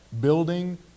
building